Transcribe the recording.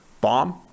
bomb